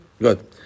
Good